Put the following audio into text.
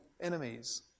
enemies